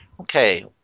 okay